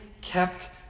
kept